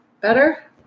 better